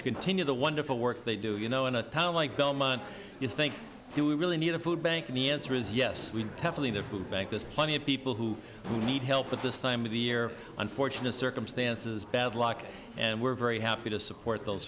to continue the wonderful work they do you know in a town like belmont you think do we really need a food bank to be answer is yes we have to leave the food bank there's plenty of people who need help at this time of the year unfortunate circumstances bad luck and we're very happy to support those